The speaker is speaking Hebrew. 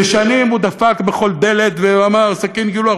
ששנים הוא דפק בכל דלת ואמר: סכין גילוח,